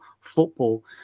football